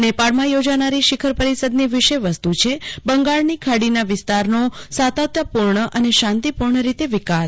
નેપાળમાં યોજાનારી શિખર પરિષદની વિષયવસ્તુ છે બંગાળની ખાડીના વિસ્તારનો સાતત્યપૂર્ણ અને શાંતિપૂર્ણ રીતે વિકાસ